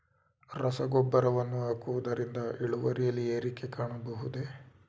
ರಸಗೊಬ್ಬರವನ್ನು ಹಾಕುವುದರಿಂದ ಇಳುವರಿಯಲ್ಲಿ ಏರಿಕೆ ಕಾಣಬಹುದೇ?